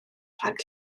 rhag